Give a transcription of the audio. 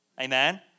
Amen